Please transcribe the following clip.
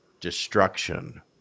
destruction